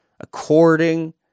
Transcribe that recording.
according